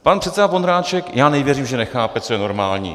Pan předseda Vondráček já nevěřím, že nechápe, co je normální.